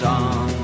on